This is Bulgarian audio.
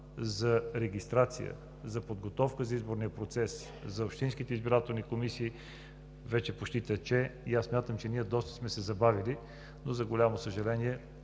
за регистрация, за подготовка за изборния процес на общинските избирателни комисии вече почти тече и аз смятам, че ние доста сме се забавили, но за голямо съжаление